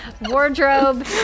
wardrobe